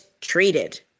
treated